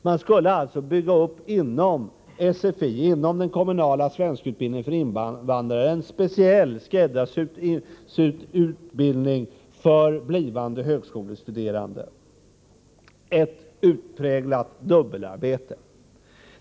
Man skulle alltså inom den kommunala svenskundervisningen för invandrare bygga upp en speciell skräddarsydd utbildning för blivande högskolestuderande — ett utpräglat dubbelarbete.